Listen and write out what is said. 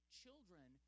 children